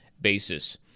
basis